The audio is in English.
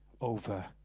over